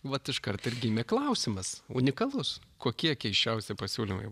vat iškart ir gimė klausimas unikalus kokie keisčiausi pasiūlymai